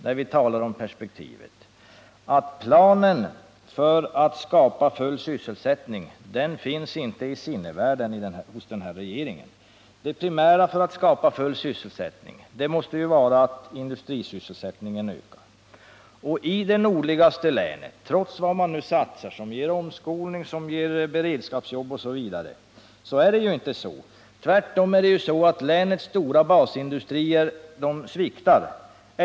När vi talar om perspektiv vill jag påstå att planen för att skapa full sysselsättning inte finns i sinnevärlden hos den nuvarande regeringen. Det primära för att skapa full sysselsättning måste vara att industrisysselsättningen ökar. Trots de arbetsinsatser man nu gör med omskolning, beredskapsjobb osv., blir det i det nordligaste länet inte någon sådan ökning. Tvärtom är det så att länets stora basindustrier sviktar.